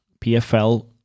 PFL